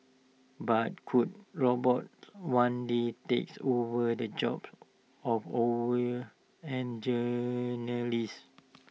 but could robots one day takes over the jobs of and journalists